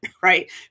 right